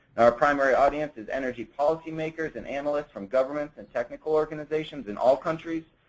our primary audience is energy policy makers and analysts from government and technical organizations in all countries.